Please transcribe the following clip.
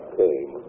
came